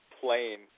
plain